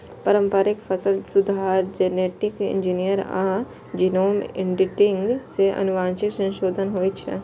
पारंपरिक फसल सुधार, जेनेटिक इंजीनियरिंग आ जीनोम एडिटिंग सं आनुवंशिक संशोधन होइ छै